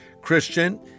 Christian